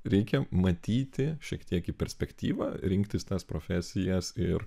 reikia matyti šiek tiek į perspektyvą rinktis tas profesijas ir